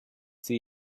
sie